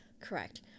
Correct